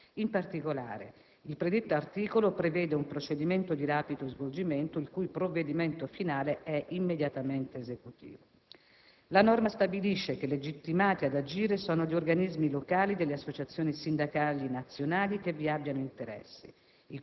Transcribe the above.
In particolare, il predetto articolo prevede un procedimento di rapido svolgimento, il cui provvedimento finale è immediatamente esecutivo. La norma stabilisce che legittimati ad agire sono gli organismi locali delle associazioni sindacali nazionali che vi abbiano interesse,